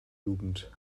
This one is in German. jugend